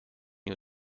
you